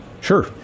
Sure